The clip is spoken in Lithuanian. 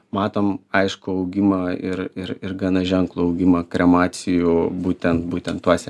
matome aiškų augimą ir ir ir gana ženklų augimą kremacijų būtent būtent tuose